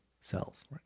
self